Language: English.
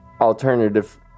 alternative